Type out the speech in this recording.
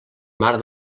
mar